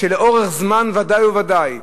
שלאורך זמן ודאי וודאי,